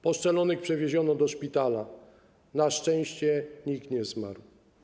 Postrzelonych przewieziono do szpitala, na szczęście nikt nie zmarł.